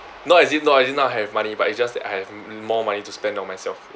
not as if not as if now I have money but it's just that I have more money to spend on myself